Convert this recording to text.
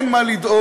אין מה לדאוג,